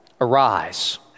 Arise